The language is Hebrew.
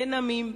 בין עמים,